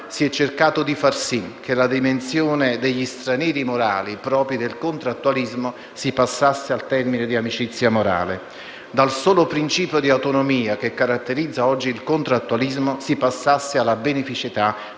si è cercato di fare in modo che dalla dimensione di "stranieri morali", propria del contrattualismo, si passasse all'espressione "amicizia morale". Dal solo principio di autonomia, che caratterizza oggi il contrattualismo, si cerca di passare alla beneficità,